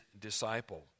disciple